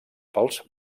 pels